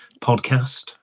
podcast